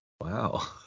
wow